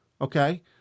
okay